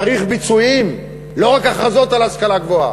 צריך ביצועים, לא רק הכרזות על השכלה גבוה.